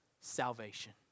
salvation